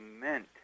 meant